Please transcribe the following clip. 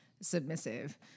submissive